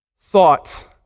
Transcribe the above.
thought